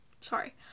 sorry